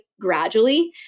gradually